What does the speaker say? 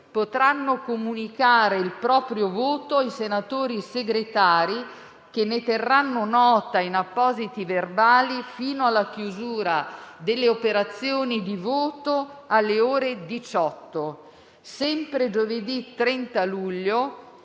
potranno comunicare il proprio voto ai senatori Segretari, che ne terranno nota in appositi verbali fino alla chiusura delle operazioni di voto, alle ore 18. Sempre giovedì 30 luglio,